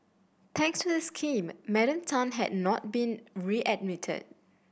thanks to this scheme Madam Tan had not been readmitted